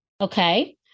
Okay